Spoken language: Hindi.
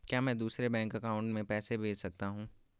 क्या मैं दूसरे बैंक अकाउंट में पैसे भेज सकता हूँ?